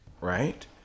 right